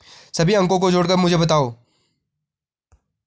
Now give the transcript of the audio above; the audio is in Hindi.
सभी अंकों को जोड़कर मुझे बताओ